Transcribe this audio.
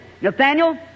Nathaniel